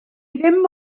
ddim